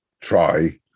try